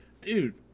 dude